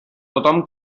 tothom